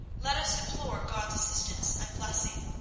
let us implore god's assistance and blessing,